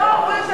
לא,